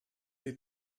die